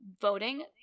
voting